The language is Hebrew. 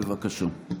בבקשה.